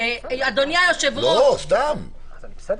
אדוני היושב-ראש ------ אתה לא מבין,